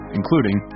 including